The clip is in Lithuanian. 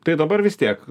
tai dabar vis tiek